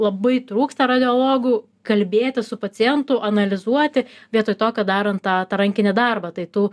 labai trūksta radiologų kalbėti su pacientu analizuoti vietoj to kad darant tą rankinį darbą tai tų